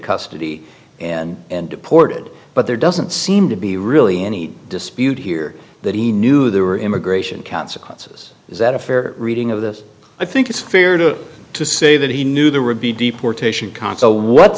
custody and deported but there doesn't seem to be really any dispute here that he knew there were immigration consequences is that a fair reading of this i think it's fair to say that he knew there would be deportation consul what